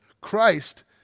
Christ